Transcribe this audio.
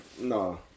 No